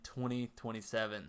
2027